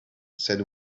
said